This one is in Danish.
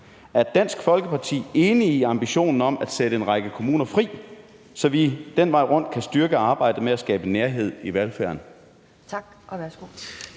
Er Dansk Folkeparti enig i ambitionen om at sætte en række kommuner fri, så vi den vej rundt kan styrke arbejdet med at skabe nærhed i velfærden?